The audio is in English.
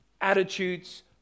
attitudes